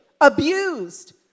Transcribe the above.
abused